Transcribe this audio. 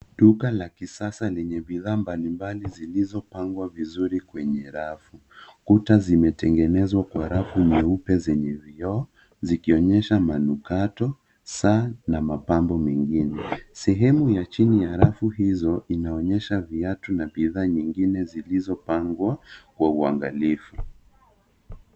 Duka la kisasa lenye bidhaa mbalimbali zilizopangwa vizuri kwenye rafu. Kuta zimetengenezwa kwa rafu nyeupe zenye vioo zikionyesha manukato, saa na mapambo mengine. Sehemu ya chini ya rafu hizo inaonyesha viatu na bidhaa nyingine zilizopangwa kwa uangalifu.